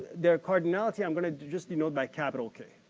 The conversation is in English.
there cardinality i'm going to just denote by capital k,